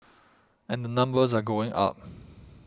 and the numbers are going up